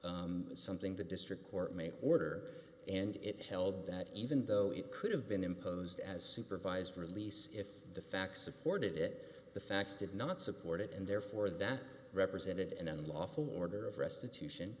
something the district court may order and it held that even though it could have been imposed as supervised release if the facts supported it the facts did not support it and therefore that represented an unlawful order of restitution